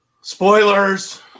Spoilers